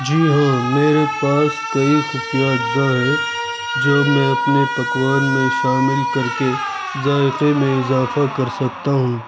جی ہاں میرے پاس کئی خفیہ اجزاء ہیں جو میں اپنے پکوان میں شامل کر کے ذائقے میں اضافہ کر سکتا ہوں